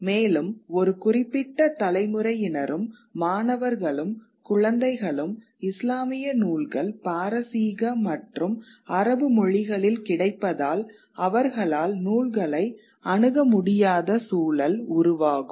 மேலும் ஒரு குறிப்பிட்ட தலைமுறையினரும் மாணவர்களும் குழந்தைகளும் இஸ்லாமிய நூல்கள் பாரசீக மற்றும் அரபு மொழிகளில் கிடைப்பதால் அவர்களால் நூல்களை அணுக முடியாத சூழல் உருவாகும்